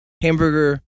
Hamburger